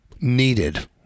needed